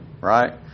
right